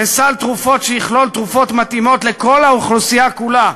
לסל תרופות שיכלול תרופות מתאימות לכל האוכלוסייה כולה,